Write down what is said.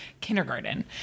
kindergarten